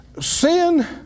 Sin